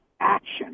action